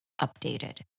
updated